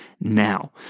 now